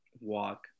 walk